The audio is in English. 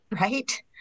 right